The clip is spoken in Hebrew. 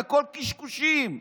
הכול קשקושים.